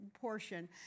portion